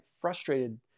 frustrated